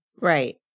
Right